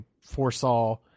foresaw